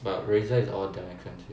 but Razor is all damn expensive